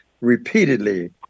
repeatedly